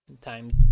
times